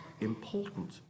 Important